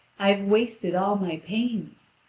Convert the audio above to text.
i have wasted all my pains.